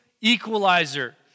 equalizer